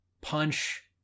punch